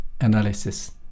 analysis